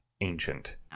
ancient